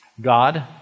God